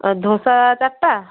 ଏ ଦୋସା ଚାରିଟା